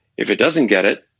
if it doesn't get it,